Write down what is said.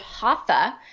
Hatha